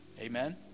Amen